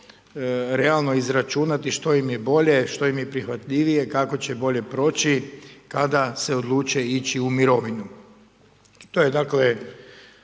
vrlo realno izračunati što im je bolje, što im je prihvatljivije, kako će bolje proći kada se odluče ići u mirovinu. To je, dakle,